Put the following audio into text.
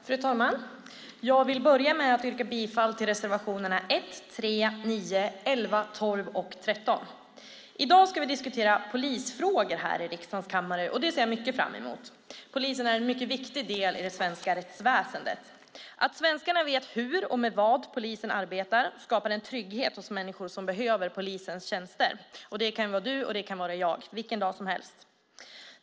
Fru talman! Jag börjar med att yrka bifall till reservationerna 1, 3, 9, 11, 12 och 13. I dag ska vi diskutera polisfrågor här i riksdagens kammare, och det ser jag fram emot. Polisen är en mycket viktig del i det svenska rättsväsendet. Att svenskarna vet hur och med vad polisen arbetar skapar en trygghet hos människor som behöver polisens tjänster. Det kan vara du, och det kan vara jag - vilken dag som helst.